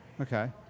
Okay